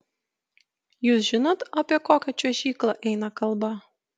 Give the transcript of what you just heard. jūs žinot apie kokią čiuožyklą eina kalba